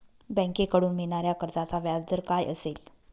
बँकेकडून मिळणाऱ्या कर्जाचा व्याजदर काय असेल?